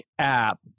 app